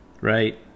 right